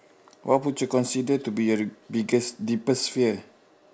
what would you consider to be your biggest deepest fear